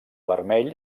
vermell